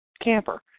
camper